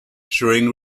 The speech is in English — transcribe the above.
during